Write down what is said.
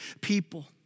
people